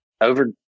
Over